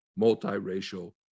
multiracial